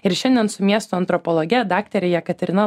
ir šiandien su miesto antropologe daktare jekaterina